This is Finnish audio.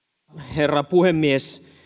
herra puhemies